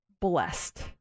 blessed